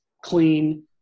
clean